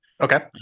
Okay